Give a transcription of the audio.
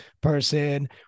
person